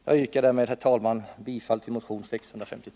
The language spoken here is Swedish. Jag yrkar med det anförda, herr talman, bifall till motionen 653.